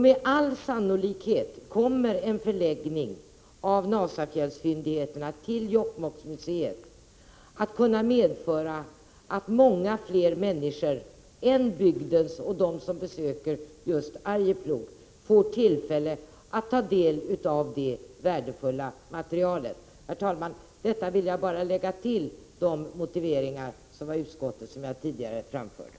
Med all sannolikhet kommer en förläggning av Nasafjällsfyndigheterna till Jokkmokksmuseet att kunna medföra att många fler människor än bygdens och dem som besöker just Arjeplog får tillfälle att ta del av det värdefulla materialet. Herr talman! Detta ville jag bara lägga till de motiveringar av utskottet som jag tidigare framförde.